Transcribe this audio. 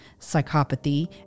psychopathy